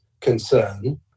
concern